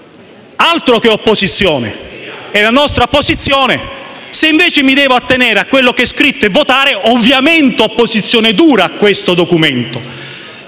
altro che opposizione! È la nostra posizione. Se invece mi dovessi attenere a quello che è scritto e votare di conseguenza, ovviamente farei opposizione dura a questo Documento.